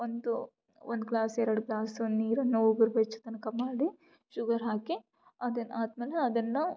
ಒಂದು ಒಂದು ಗ್ಲಾಸ್ ಎರಡು ಗ್ಲಾಸ್ ಒನ್ ನೀರನ್ನು ಉಗ್ಗು ಬೆಚ್ಚತನಕ ಮಾಡಿ ಶುಗರ್ ಹಾಕಿ ಅದನ್ನು ಆದ್ಮೇಲೆ ಅದನ್ನು